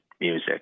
music